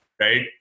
right